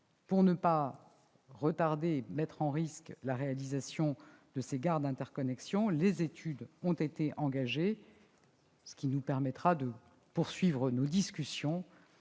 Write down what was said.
pour ne pas retarder et mettre en péril la réalisation de ces gares d'interconnexion, les études ont été engagées, ce qui permettra à l'État de poursuivre la discussion